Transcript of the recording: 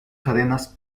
cadenas